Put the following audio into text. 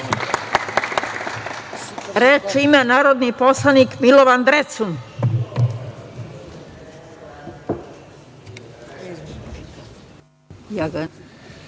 Reč ima narodni poslanik Milovan Drecun.